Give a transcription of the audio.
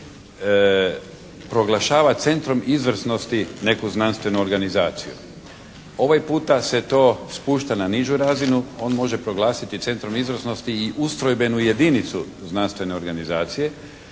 znanosti proglašava centrom izvrsnosti neku znanstvenu organizaciju. Ovaj puta se to spušta na nižu razinu, on može proglasiti centrom izvrsnosti i ustrojbenu jedinicu znanstvene organizacije